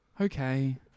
Okay